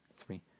Three